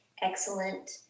excellent